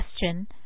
question